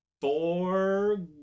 four